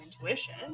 intuition